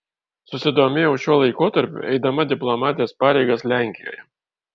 susidomėjau šiuo laikotarpiu eidama diplomatės pareigas lenkijoje